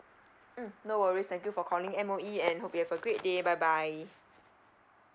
mm no worries thank you for calling M_O_E and hope you have a great day bye bye